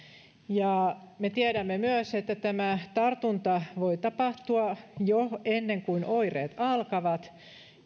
me tiedämme myös että tämä tartunta voi tapahtua jo ennen kuin oireet alkavat